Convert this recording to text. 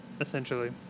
essentially